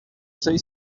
say